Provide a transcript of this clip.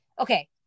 okay